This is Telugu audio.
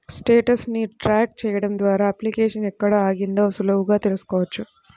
స్టేటస్ ని ట్రాక్ చెయ్యడం ద్వారా అప్లికేషన్ ఎక్కడ ఆగిందో సులువుగా తెల్సుకోవచ్చు